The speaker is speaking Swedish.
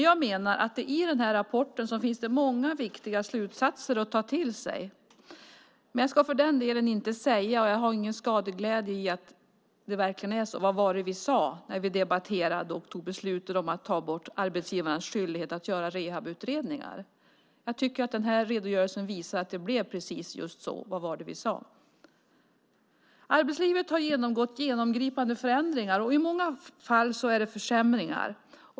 Jag menar att det i den här rapporten finns många viktiga slutsatser att ta till sig. Men jag ska för den delen inte säga, och jag känner ingen skadeglädje: Vad var det vi sade? Vi debatterade och beslutade om att ta bort arbetsgivarnas skyldighet att göra rehabiliteringsutredningar. Jag tycker att redogörelsen visar att det blev precis just så: Vad var det vi sade? Arbetslivet har genomgått genomgripande förändringar. I många fall är det försämringar.